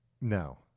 No